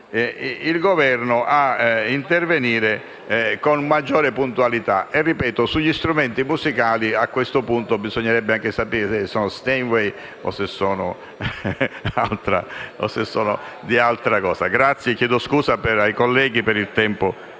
il Governo a intervenire con maggiore puntualità. Sugli strumenti musicali a questo punto bisognerebbe anche sapere se siano Steinway o di altra marca. Chiedo scusa ai colleghi per il tempo